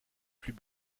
plus